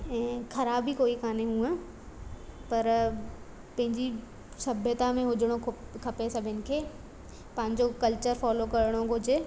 ऐं ख़राबी कोई कोन्हे हूअ पर पंहिंजी सभ्यता में हुजिणो ख खपे सभिनि खे पंहिंजो कल्चर फॉलो करिणो घुरिजे